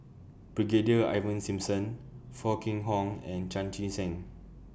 Brigadier Ivan Simson Foo Kwee Horng and Chan Chee Seng